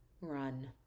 run